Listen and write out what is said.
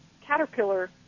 caterpillar